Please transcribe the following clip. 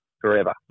forever